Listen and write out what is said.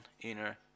inner